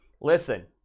Listen